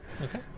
Okay